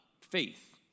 faith